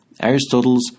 Aristotle's